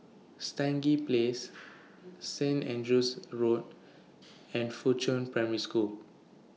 Stangee Place Saint Andrew's Road and Fuchun Primary School